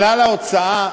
כלל ההוצאה,